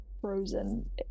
frozen